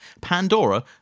Pandora